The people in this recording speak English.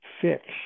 fixed